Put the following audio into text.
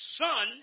son